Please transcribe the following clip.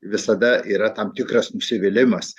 visada yra tam tikras nusivylimas